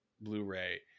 blu-ray